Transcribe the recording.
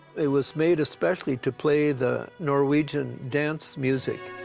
it was made especially to play the norwegian dance music.